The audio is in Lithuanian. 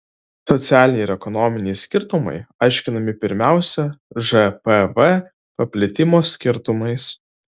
socialiniai ir ekonominiai skirtumai aiškinami pirmiausia žpv paplitimo skirtumais